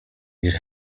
нэр